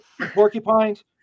porcupines